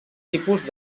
tipus